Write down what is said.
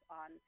on